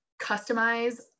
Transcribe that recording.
customize